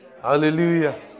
Hallelujah